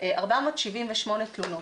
478 תלונות.